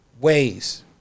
ways